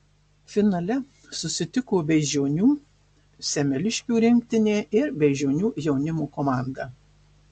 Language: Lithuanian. finale susitiko beižionių semeliškių rinktinė ir beižionių jaunimo komanda